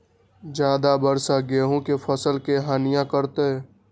ज्यादा वर्षा गेंहू के फसल के हानियों करतै?